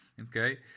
okay